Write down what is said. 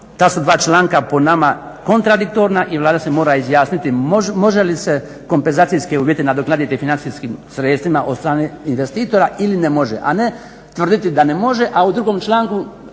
Ta su dva članka po nama kontradiktorna i Vlada se mora izjasniti može li se kompenzacijske uvjete nadoknaditi financijskim sredstvima od strane investira ili ne može, a ne tvrditi da ne može, a u drugom članku